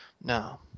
No